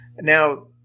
Now